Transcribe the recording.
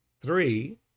three